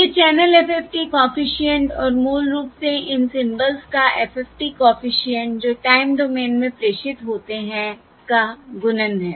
यह channel FFT coefficient और मूल रूप से इन सिंबल्स का FFT कॉफिशिएंट जो टाइम डोमेन में प्रेषित होते हैं का गुणन है